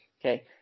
okay